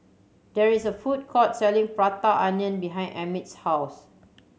there is a food court selling Prata Onion behind Emit's house